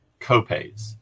copays